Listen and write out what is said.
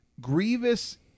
Grievous